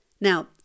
Now